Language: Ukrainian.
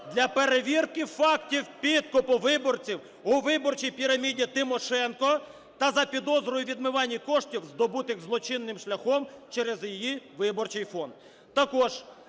для перевірки фактів підкупу виборців у виборчій піраміді Тимошенко та за підозрою відмивання коштів, здобутих злочинним шляхом, через її виборчий фонд.